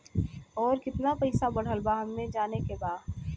और कितना पैसा बढ़ल बा हमे जाने के बा?